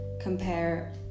compare